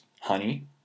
honey